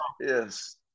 Yes